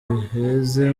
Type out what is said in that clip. baheze